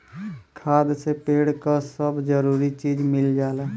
खाद से पेड़ क सब जरूरी चीज मिल जाला